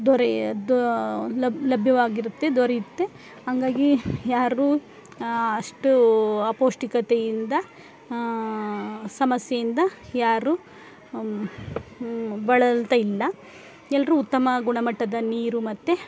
ದೊರೆ ದೋ ಲಭ್ಯವಾಗಿರುತ್ತೆ ದೊರೆಯುತ್ತೆ ಹಂಗಾಗಿ ಯಾರಿಗು ಅಷ್ಟು ಅಪೌಷ್ಠಿಕತೆಯಿಂದ ಸಮಸ್ಯೆಯಿಂದ ಯಾರು ಬಳಲ್ತಾ ಇಲ್ಲ ಎಲ್ಲರು ಉತ್ತಮ ಗುಣಮಟ್ಟದ ನೀರು ಮತ್ತು